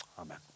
Amen